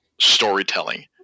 storytelling